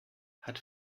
hat